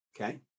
okay